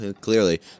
clearly